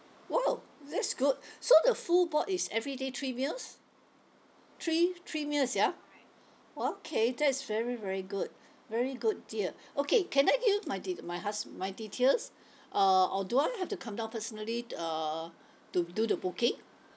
!wow! that's good so the full board is everyday three meals three three meals ya okay that is very very good very good deal okay can I give my de~ my hus~ my details uh or do I have to come down personally uh to do the booking